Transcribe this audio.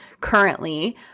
currently